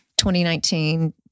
2019